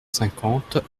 cinquante